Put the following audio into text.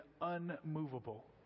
unmovable